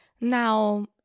Now